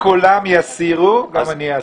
אם כולם יסירו גם אני אסיר.